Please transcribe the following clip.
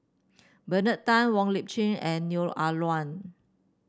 Bernard Tan Wong Lip Chin and Neo Ah Luan